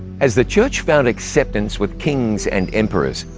as the church found acceptance with kings and emporers,